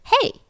hey